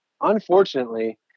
unfortunately